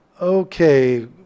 Okay